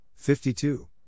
52